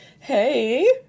Hey